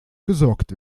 gesorgt